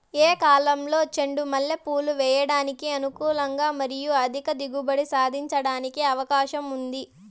ఏ కాలంలో చెండు మల్లె పూలు వేయడానికి అనుకూలం మరియు అధిక దిగుబడి సాధించడానికి అవకాశం ఉంది?